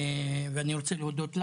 אני רוצה להודות,